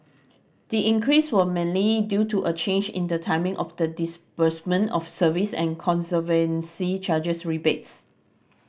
the increase was mainly due to a change in the timing of the disbursement of service and conservancy charges rebates